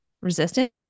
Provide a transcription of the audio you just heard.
resistant